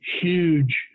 huge